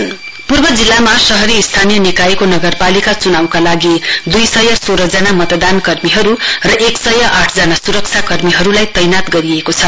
polling materials पूर्व जिल्लामा शहरी स्थानीय निकायको नगरपालिका चुनाउका लागि दुइ सय सोह्रजना मतदान कर्मीहरु र एक सय आठजना सुरक्षा कर्मीहरुलाई तैनात गरिएको छ